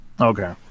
Okay